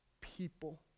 people